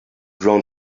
grown